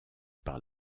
par